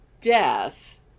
death